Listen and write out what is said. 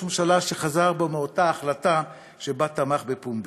ממשלה שחזר בו מאותה החלטה שבה תמך בפומבי.